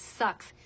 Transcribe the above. sucks